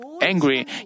angry